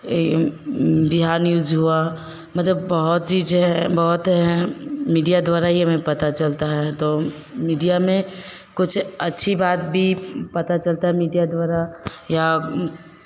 ये बिहार न्यूज़ हुआ मतलब बहुत चीज़ है बहुत हैं मीडिया द्वारा ही हमें पता चलता है तो मीडिया में कुछ अच्छी बात भी पता चलता है मीडिया द्वारा या